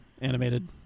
animated